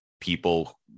people